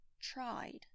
tried